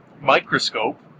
microscope